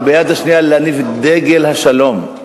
וביד השנייה להניף את דגל השלום,